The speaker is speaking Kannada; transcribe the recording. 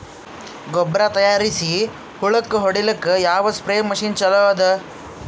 ಗೊಬ್ಬರ ತಯಾರಿಸಿ ಹೊಳ್ಳಕ ಹೊಡೇಲ್ಲಿಕ ಯಾವ ಸ್ಪ್ರಯ್ ಮಷಿನ್ ಚಲೋ ಅದ?